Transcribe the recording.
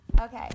Okay